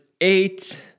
eight